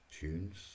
tunes